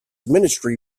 ministry